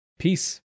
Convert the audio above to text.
Peace